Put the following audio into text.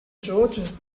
george’s